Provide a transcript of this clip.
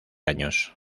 años